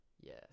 yes